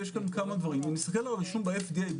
אם נסתכל על הרישום ב-FDA,